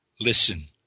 listen